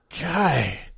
Guy